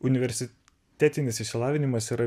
universitetinis išsilavinimas yra